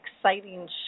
exciting